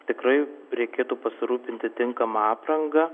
tikrai reikėtų pasirūpinti tinkama apranga